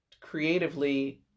creatively